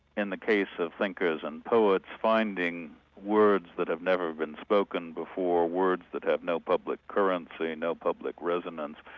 in the case of thinkers and poets, finding words that have never been spoken before, words that have no public currency, and no public resonance,